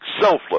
selfless